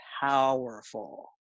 powerful